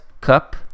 Cup